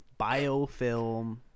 biofilm